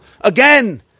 Again